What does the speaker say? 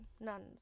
nuns